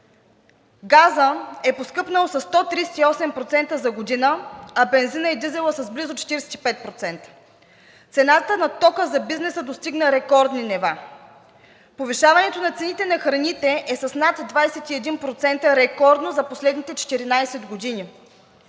Газът е поскъпнал със 138% за година, а бензинът и дизелът с близо 45%. Цената на тока за бизнеса достигна рекордни нива, повишаването на цените на храните е с над 21% рекордно за последните 14 години